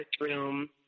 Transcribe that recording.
room